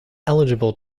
eligible